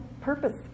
purpose